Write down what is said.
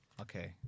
Okay